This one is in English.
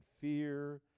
fear